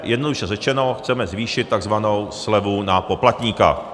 Jednoduše řečeno, chceme zvýšit takzvanou slevu na poplatníka.